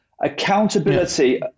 Accountability